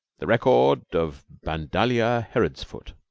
the record of badalia herodsfoot,